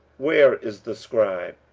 where is the scribe?